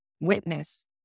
witness